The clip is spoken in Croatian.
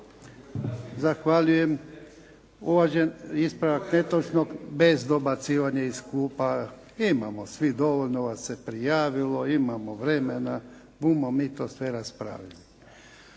Zahvaljujem. Uvaženi, ispravak netočnog, bez dobacivanja iz klupa, imamo svi, dovoljno vas se prijavilo, imamo vremena, bumo mi sve to raspravili.